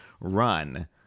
run